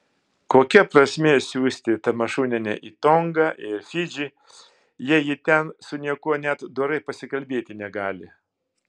kokia prasmė siųsti tamašunienę į tongą ir fidžį jei ji ten su niekuo net dorai pasikalbėti negali